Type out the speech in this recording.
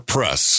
Press